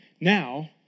Now